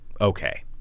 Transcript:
okay